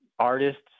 artists